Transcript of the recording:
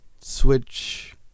Switch